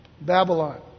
Babylon